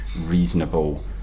reasonable